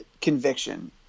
conviction